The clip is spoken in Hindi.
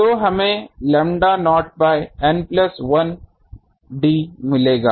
तो हमें lambda naught by N plus 1 d मिलेगा